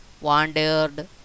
wandered